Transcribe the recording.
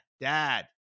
dad